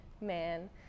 man